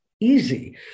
easy